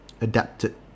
adapted